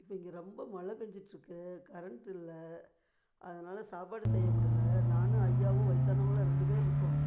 இப்போ இங்கே ரொம்ப மழை பேய்ஞ்சிட்ருக்கு கரண்ட்டு இல்லை அதனால் சாப்பாடு செய்ய முடியல நானும் ஐயாவும் வயசானவங்களா ரெண்டு பேர் இருக்கோம்